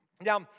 Now